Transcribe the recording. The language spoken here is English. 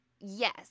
Yes